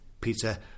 Peter